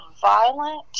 violent